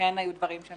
כן היו דברים שם